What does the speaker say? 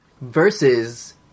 versus